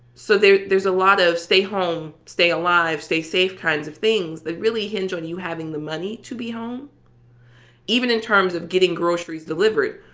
so there's there's a lot of stay home, stay alive, stay safe kinds of things that really hinge on you having the money to be home even in terms of getting groceries delivered.